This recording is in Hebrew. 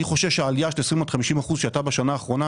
אני חושש שהעלייה של 20% עד 50% שהייתה בשנה האחרונה